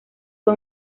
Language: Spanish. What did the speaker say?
fue